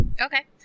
Okay